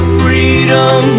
freedom